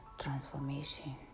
transformation